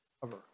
cover